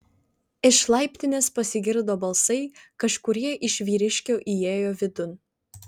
iš laiptinės pasigirdo balsai kažkurie iš vyriškių įėjo vidun